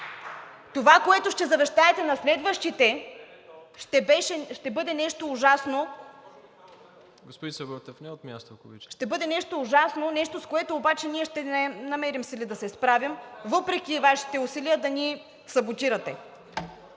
това, което ще завещаете на следващите, ще бъде нещо ужасно, нещо, с което ние ще намерим сили да се справим въпреки Вашите усилия да ни саботирате.